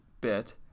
bit